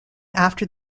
after